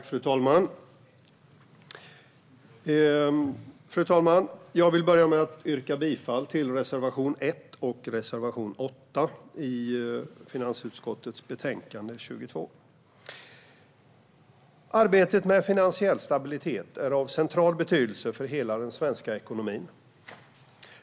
Fru talman! Jag vill börja med att yrka bifall till reservation 1 och reservation 8 i finansutskottets betänkande 22. Arbetet med finansiell stabilitet är av central betydelse för hela den svenska ekonomin.